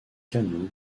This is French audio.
canons